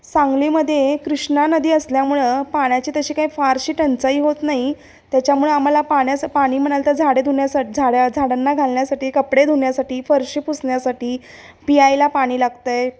सांगलीमध्ये कृष्णा नदी असल्यामुळं पाण्याची तशी काही फारशी टंचाई होत नाही त्याच्यामुळं आम्हाला पाण्यास पाणी म्हणाल तर झाडे धुण्यासाठी झाडे झाडांना घालण्यासाठी कपडे धुण्यासाठी फर्शी पुसण्यासाठी प्यायला पाणी लागतं आहे